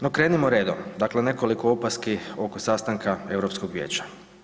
No krenimo redom, dakle nekoliko opaski oko sastanka Europskog vijeća.